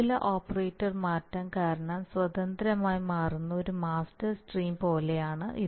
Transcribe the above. ചില ഓപ്പറേറ്റർ മാറ്റം കാരണം സ്വതന്ത്രമായി മാറുന്ന ഒരു മാസ്റ്റർ സ്ട്രീം പോലെയാണ് ഇത്